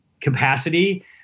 capacity